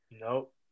Nope